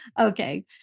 Okay